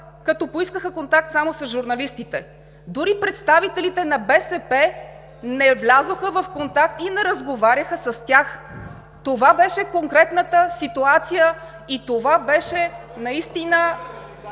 като поискаха контакт само с журналистите. Дори представителите на БСП не влязоха в контакт и не разговаряха с тях! Това беше конкретната ситуация и това беше наистина